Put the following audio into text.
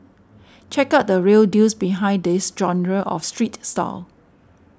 check out the real deals behind this genre of street style